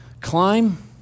climb